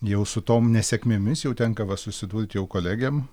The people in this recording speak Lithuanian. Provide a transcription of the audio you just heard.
jau su tom nesėkmėmis jau tenka va susidurt jau kolegėm